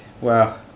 Wow